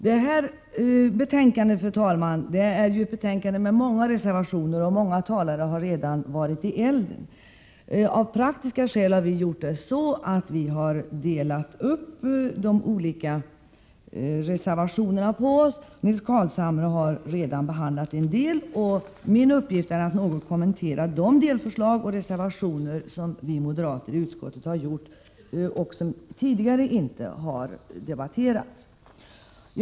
Det här betänkandet innehåller ju, fru talman, många reservationer. Många talare har också redan varit uppe. Av praktiska skäl har vi bestämt oss för att dela upp de olika reservationerna på olika ledamöter. Nils Carlshamre har redan behandlat vissa reservationer, och min uppgift är att något kommentera de delförslag och reservationer som vi moderater i utskottet står bakom och som inte har debatterats tidigare.